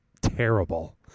terrible